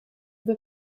were